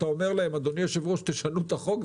אתה אומר להם, אדוני היושב-ראש, תשנו את החוק?